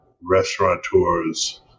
restaurateurs